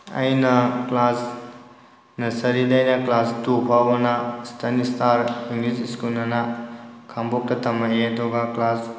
ꯑꯩꯅ ꯀ꯭ꯂꯥꯁ ꯅꯔꯁꯔꯤꯗꯒꯤꯅ class two ꯐꯥꯎꯕꯅ ꯏꯁꯇꯔꯟ ꯁ꯭ꯇꯥꯔ ꯏꯪꯂꯤꯁ ꯁ꯭ꯀꯨꯜ ꯑꯅ ꯈꯥꯡꯕꯣꯛꯇ ꯇꯝꯃꯛꯑꯦ ꯑꯗꯨꯒ ꯀ꯭ꯂꯥꯁ